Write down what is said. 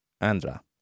andra